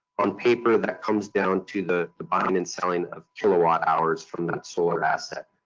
on paper that comes down to the the buying and selling of kilowatt hours from that solar asset.